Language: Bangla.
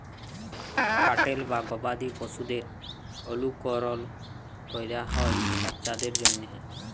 ক্যাটেল বা গবাদি পশুদের অলুকরল ক্যরা হ্যয় বাচ্চার জ্যনহে